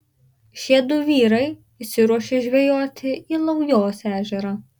šie du vyrai išsiruošė žvejoti į laujos ežerą